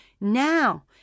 now